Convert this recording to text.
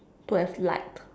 to have light